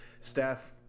staff